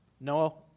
No